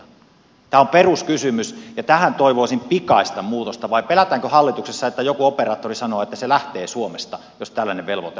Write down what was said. tämä on peruskysymys ja tähän toivoisin pikaista muutosta vai pelätäänkö hallituksessa että joku operaattori sanoo että se lähtee suomesta jos tällainen velvoite annetaan